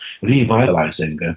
revitalizing